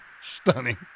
Stunning